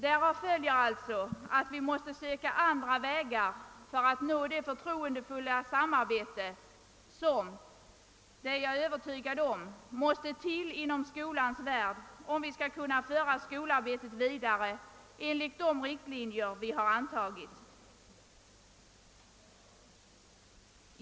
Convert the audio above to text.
Därav följer att vi måste söka andra vägar för att nå det förtroendefulla samarbete, som — det är jag övertygad om — krävs inom skolans värld för att skolarbetet skall kunna föras vidare enligt de riktlinjer riksdagen har antagit.